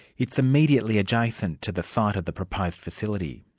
it's immediately adjacent to the site of the proposed facility.